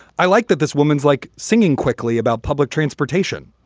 i like that this woman's like singing quickly about public transportation,